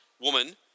woman